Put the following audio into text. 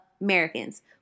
Americans